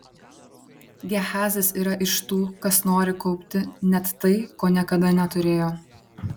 gehazis yra iš tų kas nori kaupti net tai ko niekada neturėjo